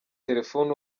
telefone